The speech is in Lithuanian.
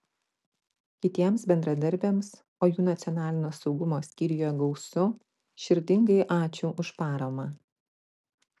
kitiems bendradarbiams o jų nacionalinio saugumo skyriuje gausu širdingai ačiū už paramą